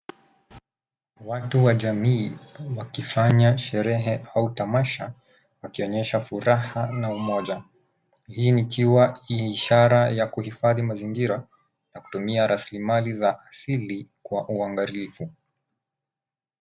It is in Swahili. Watu wa jamii wakifanya sherehe au tamasha wakionyesha furaha na umoja. Hii ikiwa ni ishara ya kuhifadhi mazingira na kutumia rasilimali za asili Kwa uangalifu.